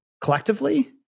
collectively